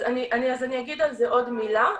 אז אני אגיד על זה עוד מילה,